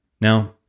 Now